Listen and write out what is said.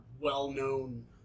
well-known